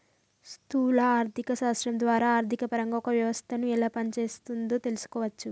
స్థూల ఆర్థిక శాస్త్రం ద్వారా ఆర్థికపరంగా ఒక వ్యవస్థను ఎలా పనిచేస్తోందో తెలుసుకోవచ్చు